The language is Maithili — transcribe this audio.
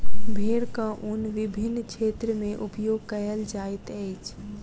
भेड़क ऊन विभिन्न क्षेत्र में उपयोग कयल जाइत अछि